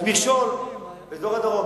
מכשול באזור הדרום.